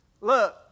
Look